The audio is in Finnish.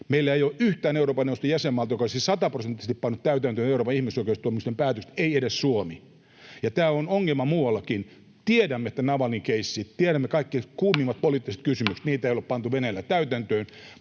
Meillä ei ole yhtään Euroopan neuvoston jäsenmaata, joka olisi sataprosenttisesti pannut täytäntöön Euroopan ihmisoikeustuomioistuimen päätökset, ei edes Suomi, ja tämä on ongelma muuallakin. Tiedämme kaikki, että Navalnyin keissiä ja kuumimpia poliittisia kysymyksiä ei ole pantu Venäjällä täytäntöön,